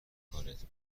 کارت